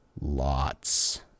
lots